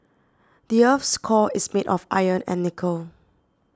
the earth's core is made of iron and nickel